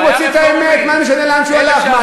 הוא מוציא את האמת, מה זה משנה לאן הוא הלך?